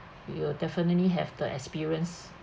you definitely have the experience